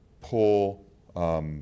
pull